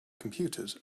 computers